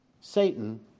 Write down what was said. Satan